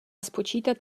spočítat